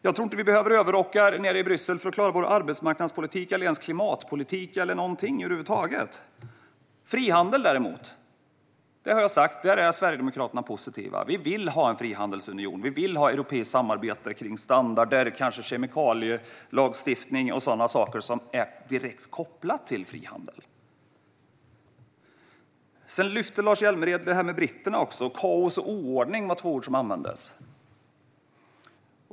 Jag tror inte att vi behöver överrockar nere i Bryssel för att klara vår arbetsmarknadspolitik, eller ens klimatpolitik eller någonting över huvud taget. När det gäller frihandel, däremot, har jag sagt att Sverigedemokraterna är positiva. Vi vill ha en frihandelsunion, och vi vill ha europeiskt samarbete kring standarder, kanske kemikalielagstiftning och sådant som är direkt kopplat till frihandel. Lars Hjälmered lyfte fram detta med britterna, och "kaos" och "oordning" var två ord som användes.